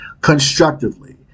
constructively